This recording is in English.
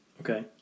Okay